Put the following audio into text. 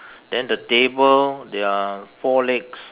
then the table there are four legs